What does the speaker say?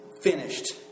finished